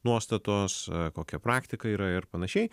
nuostatos kokia praktika yra ir panašiai